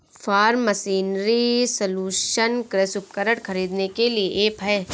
form machinery solution कृषि उपकरण खरीदने के लिए ऐप है